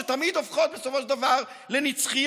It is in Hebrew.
שתמיד הופכות בסופו של דבר לנצחיות.